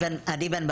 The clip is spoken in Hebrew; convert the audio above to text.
עדי בן ברק,